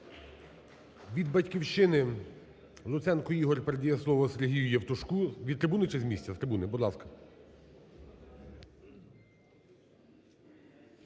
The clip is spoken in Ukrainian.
Від "Батьківщини" Луценко Ігор передає слово Сергію Євтушку. Від трибуни чи з місця? З трибуни, будь ласка.